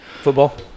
Football